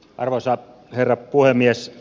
arvoisa herra puhemies